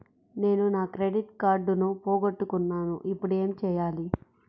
నేను నా క్రెడిట్ కార్డును పోగొట్టుకున్నాను ఇపుడు ఏం చేయాలి?